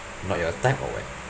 not your type or what